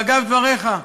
ואגב דבריך,